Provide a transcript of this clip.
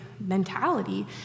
mentality